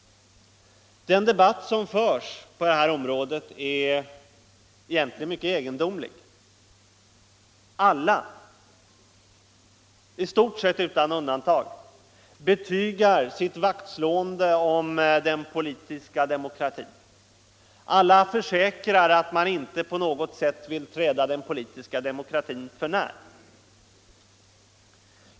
Den debatt som förs om detta är egentligen mycket egendomlig. Alla —- i stort sett utan undantag — betygar sitt vaktslående om den politiska demokratin. Alla försäkrar att man inte på något sätt vill träda den politiska demokratin för när.